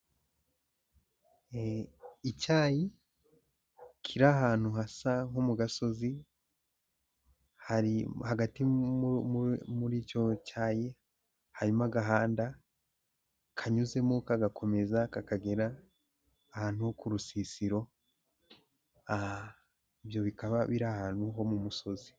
Icyayi kiri ahantu hasa nko mu gasozi, hagati muri icyo cyayi harimo agahanda kanyuzemo kagakomeza kakagera ahantu ho ku rusisiro, ibyo bikaba biri ahantu ho mu musozi.